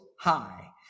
high